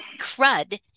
crud